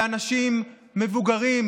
באנשים מבוגרים,